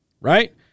Right